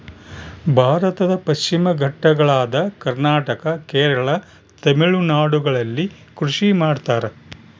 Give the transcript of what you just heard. ಭಾರತದ ಪಶ್ಚಿಮ ಘಟ್ಟಗಳಾದ ಕರ್ನಾಟಕ, ಕೇರಳ, ತಮಿಳುನಾಡುಗಳಲ್ಲಿ ಕೃಷಿ ಮಾಡ್ತಾರ?